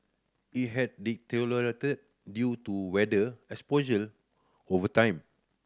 it had deteriorated due to weather exposure over time